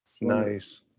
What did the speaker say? Nice